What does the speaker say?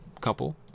couple